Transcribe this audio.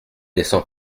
descend